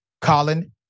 Colin